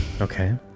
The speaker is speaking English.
Okay